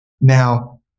Now